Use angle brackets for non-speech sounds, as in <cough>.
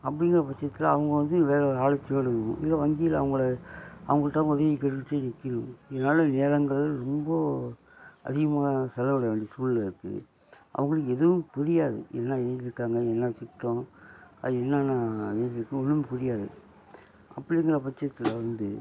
அப்படிங்கிற பட்சத்தில் அவங்க வந்து <unintelligible> இல்லை வங்கியில் அவங்கள அவங்கள்ட்ட உதவி கேட்டுகிட்டு நிற்கிணும் இதனால் நேரங்கள் ரொம்ப அதிகமாக தான் செலவழிய வேண்டிய சூழ்நிலை இருக்குது அவங்களுக்கு எதுவும் புரியாது என்ன எழுதிருக்காங்க என்ன திட்டம் அது என்னென்ன எழுதிருக்கு ஒன்றும் புரியாது அப்படிங்கிற பட்சத்தில் வந்து